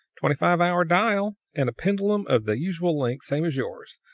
twenty-five-hour dial, and a pendulum of the usual length, same as yours.